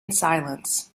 silence